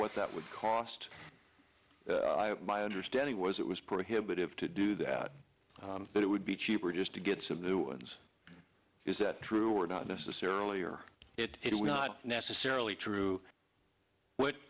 what that would cost my understanding was it was prohibitive to do that but it would be cheaper just to get some new ones is that true or not necessarily or it would not necessarily true what